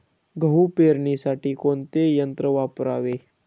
गहू पेरणीसाठी कोणते यंत्र वापरावे?